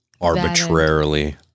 arbitrarily